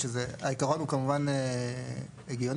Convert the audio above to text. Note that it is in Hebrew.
שהעיקרון הוא כמובן הגיוני,